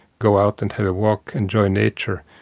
go out and have a walk, enjoy nature,